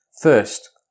First